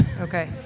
Okay